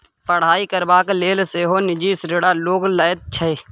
पढ़ाई करबाक लेल सेहो निजी ऋण लोक लैत छै